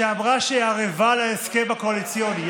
שאמרה שהיא ערבה להסכם הקואליציוני,